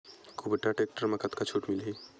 कुबटा टेक्टर म कतका छूट मिलही?